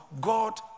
God